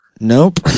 Nope